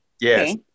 yes